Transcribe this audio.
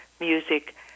music